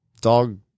dog